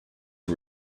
who